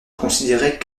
considérait